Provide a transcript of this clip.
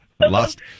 lost